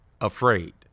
Afraid